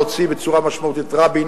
להוציא בצורה משמעותית את רבין.